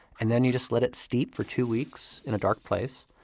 and then you just let it steep for two weeks in a dark place,